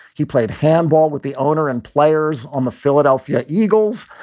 he played handball with the owner and players on the philadelphia eagles.